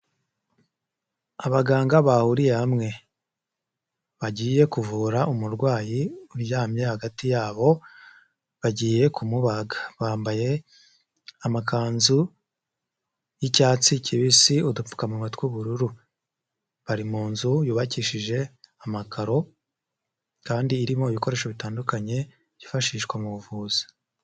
Abaganga bahuriye hamwe, bagiye kuvura umurwayi uryamye hagati yabo, bagiye kumubaga, bambaye amakanzu y'icyatsi kibisi, udupfukamun tw'ubururu, bari mu nzu yubakishije amakaro kandi irimo ibikoresho bitandukanye byifashishwa mu buvuzi.